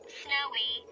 snowy